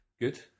Good